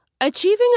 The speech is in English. Achieving